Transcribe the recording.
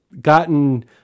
gotten